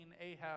Ahab